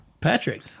Patrick